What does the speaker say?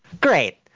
Great